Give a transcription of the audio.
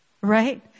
Right